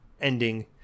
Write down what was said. ending